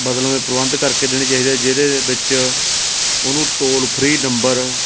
ਬਦਲਵੇ ਪ੍ਰਬੰਧ ਕਰਕੇ ਦੇਣੇ ਚਾਹੀਦੀ ਜਿਹਦੇ ਵਿੱਚ ਉਹਨੂੰ ਟੋਲ ਫਰੀ ਨੰਬਰ